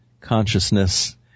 consciousness